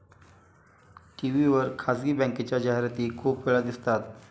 TV वर खासगी बँकेच्या जाहिराती खूप वेळा दिसतात